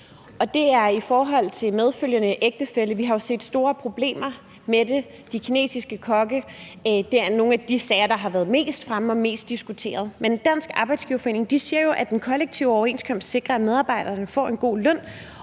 Og det er i forhold til medfølgende ægtefælle. Vi har jo set store problemer med det i forhold til de kinesiske kokke. Det er nogle af de sager, der har været mest fremme og mest diskuteret. Men Dansk Arbejdsgiverforening siger jo, at den kollektive overenskomst sikrer, at medarbejderne får en god løn